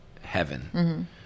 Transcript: heaven